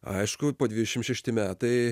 aišku po dvidešim šešti metai